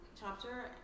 chapter